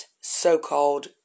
so-called